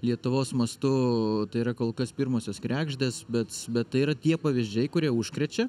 lietuvos mastu tai yra kol kas pirmosios kregždės bet bet tai yra tie pavyzdžiai kurie užkrečia